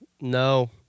No